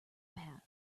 path